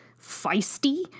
feisty